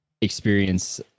experience